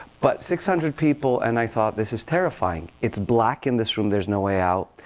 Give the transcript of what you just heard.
but six hundred people and i thought, this is terrifying. it's black in this room. there's no way out.